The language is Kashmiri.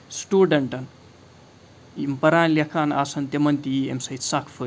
سٹوڈَنٹَن یِم پران لٮ۪کھان آسَن تِمَن تہِ یی اَمہِ سۭتۍ سَکھ فٲیدٕ